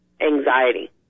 anxiety